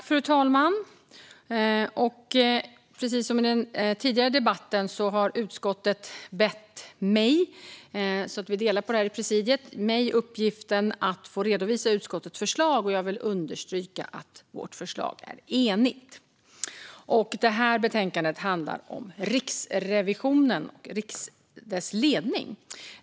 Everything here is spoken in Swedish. Fru talman! Utskottet har gett mig uppgiften att redovisa utskottets förslag, så att vi i presidiet delar på detta. Jag vill understryka att vårt förslag är enigt. Detta betänkande handlar om Riksrevisionen och dess ledning.